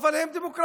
אבל הם דמוקרטים.